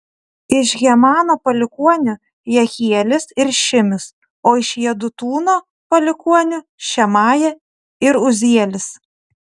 iš hemano palikuonių jehielis ir šimis o iš jedutūno palikuonių šemaja ir uzielis